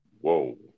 whoa